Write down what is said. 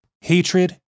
hatred